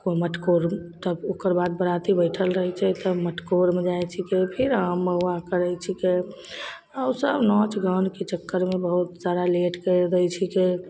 ओ मटकोर तब ओकरबाद बराती बैठल रहै छै तब मटकोरमे जाइ छिकै फिर आम महुआ करै छिकै आओर ओसब नाच गानके चक्करमे बहुत सारा लेट करि दै छिकै